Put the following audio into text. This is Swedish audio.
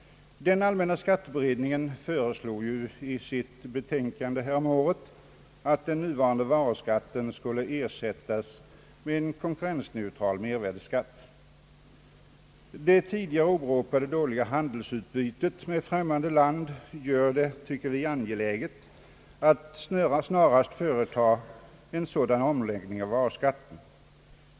Den allmänna skatteberedningen föreslog ju i sitt betänkande häromåret att den nuvarande varuskatten skulle ersättas med en konkurrensneutral mervärdeskatt. Det tidigare åberopade dåliga handelsutbytet med främmande land gör det enligt vår mening angeläget att snarast företa en sådan omläggning av varuskatten.